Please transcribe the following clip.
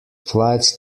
flights